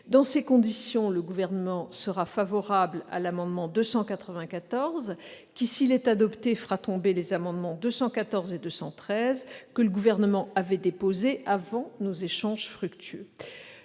Dans ces conditions, le Gouvernement est favorable à l'amendement n° 294. S'il est adopté, les amendements n 214 et 213, que le Gouvernement avait déposés avant nos échanges fructueux,